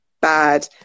bad